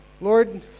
Lord